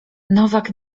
nowak